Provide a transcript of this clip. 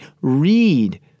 read